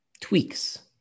tweaks